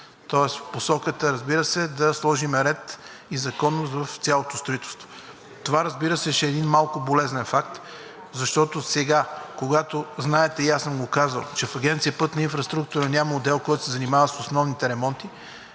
Тоест посоката, разбира се, да сложим ред и законност в цялото строителство. Това, разбира се, ще е един малко болезнен факт, защото сега, когато знаете и съм го казал, че в Агенция „Пътна инфраструктура“ няма отдел, който се занимава с основните ремонти,